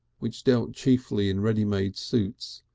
which dealt chiefly in ready-made suits,